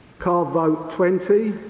card vote twenty,